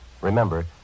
Remember